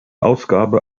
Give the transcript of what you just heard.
ausgabe